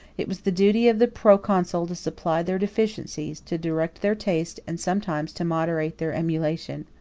it was the duty of the proconsul to supply their deficiencies, to direct their taste, and sometimes to moderate their emulation.